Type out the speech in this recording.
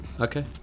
Okay